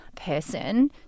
person